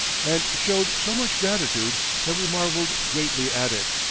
and showed so much gratitude that we marvelled greatly at it.